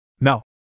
No